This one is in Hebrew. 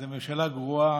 זאת ממשלה גרועה.